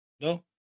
no